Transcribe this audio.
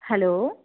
hello